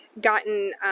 gotten